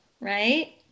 Right